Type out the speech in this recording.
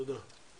תודה.